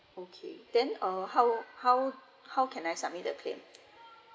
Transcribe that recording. okay then um how how how can I submit the claim